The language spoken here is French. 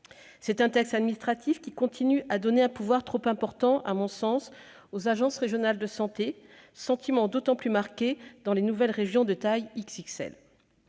C'est un texte administratif, qui continue de donner un pouvoir trop important, à mon sens, aux agences régionales de santé, sentiment d'autant plus marqué vu la taille XXL